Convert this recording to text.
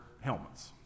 helmets